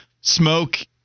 smoke